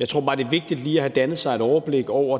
Jeg tror bare, det er vigtigt lige at have dannet sig et overblik over